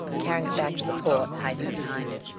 carrying it back to the port, hiding behind it.